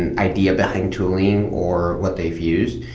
and idea backing tooling, or what they've used,